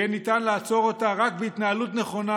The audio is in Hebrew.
יהיה ניתן לעצור אותה רק בהתנהלות נכונה,